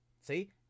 See